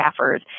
staffers